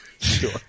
Sure